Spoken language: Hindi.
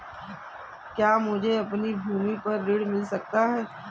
क्या मुझे अपनी भूमि पर ऋण मिल सकता है?